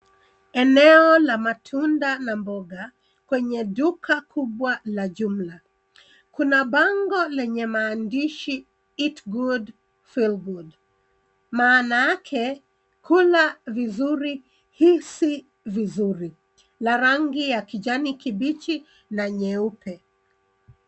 Eneo la matunda na mboga kwenye duka kubwa la jumla. Kuna bango la maandishi Eat Good Feel Good maanake kula vizuri hisi vizuri; la rangi ya kijani kibichi na nyeupe.